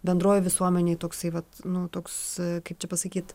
bendroj visuomenėj toksai vat nu toks kaip čia pasakyt